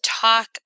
talk